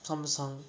some song